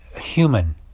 human